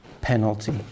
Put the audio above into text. penalty